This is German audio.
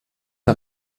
der